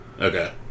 Okay